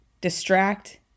distract